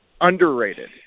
underrated